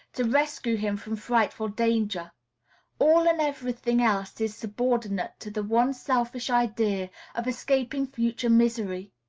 to rescue him from frightful danger all and every thing else is subordinate to the one selfish idea of escaping future misery.